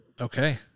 okay